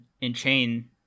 in-chain